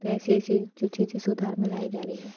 तो ऐसी ऐसी जो चीज़े सुधार में लाई जा रही हैं